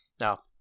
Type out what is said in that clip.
Now